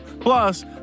Plus